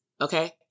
Okay